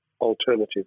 alternative